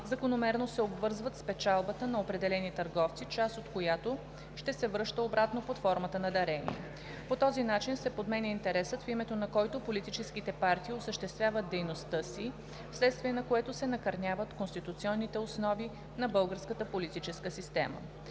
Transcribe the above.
закономерно се обвързват с печалбата на определени търговци, част от която ще се връща обратно под формата на дарения. По този начин се подменя интересът, в името на който политическите партии осъществяват дейността си, вследствие на което се накърняват конституционните основи на българската политическа система.